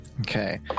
Okay